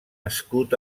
escut